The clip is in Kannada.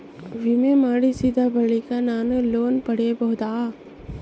ವಿಮೆ ಮಾಡಿಸಿದ ಬಳಿಕ ನಾನು ಲೋನ್ ಪಡೆಯಬಹುದಾ?